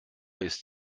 ist